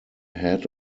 head